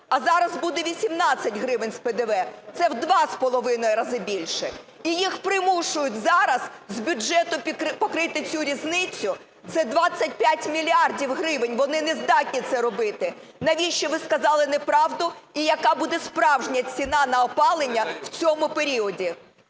а зараз буде 18 гривень з ПДВ, це в 2,5 разу більше. І їх примушують зараз з бюджету покрити цю різницю, це 25 мільярдів гривень, вони нездатні це робити. Навіщо ви сказали неправду, і яка буде справжня ціна на опалення в цьому періоді?